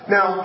Now